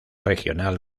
regional